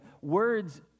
words